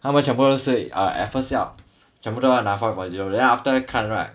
他们全部都 say at first 要全部都要拿 four point zero then after that 看 right